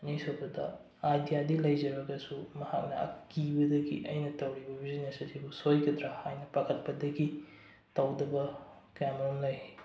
ꯑꯅꯤꯁꯨꯕꯗ ꯑꯥꯏꯗꯤꯌꯥꯗꯤ ꯂꯩꯖꯔꯕꯁꯨ ꯃꯍꯥꯛꯅ ꯀꯤꯕꯗꯒꯤ ꯑꯩꯅ ꯇꯧꯔꯤꯕ ꯕꯤꯖꯤꯅꯦꯁ ꯑꯁꯤꯕꯨ ꯁꯣꯏꯈꯤꯗ꯭ꯔ ꯍꯥꯏꯅ ꯄꯥꯈꯠꯄꯗꯒꯤ ꯇꯧꯗꯕ ꯀꯌꯥꯃꯔꯨꯝ ꯂꯩ